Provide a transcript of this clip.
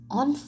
on